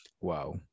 wow